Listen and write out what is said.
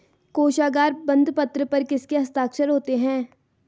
कोशागार बंदपत्र पर किसके हस्ताक्षर होते हैं?